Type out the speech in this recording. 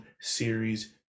Series